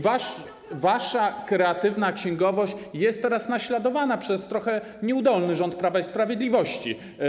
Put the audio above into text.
Wasza kreatywna księgowość jest teraz naśladowana przez trochę nieudolny rząd Prawa i Sprawiedliwości.